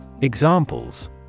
Examples